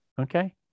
Okay